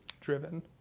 driven